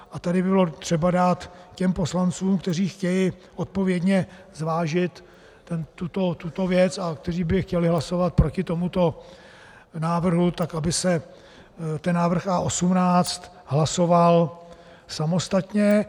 A tady by bylo třeba dát těm poslancům, kteří chtějí odpovědně zvážit tuto věc a kteří by chtěli hlasovat proti tomuto návrhu, tak aby se ten návrh A18 hlasoval samostatně.